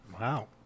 Wow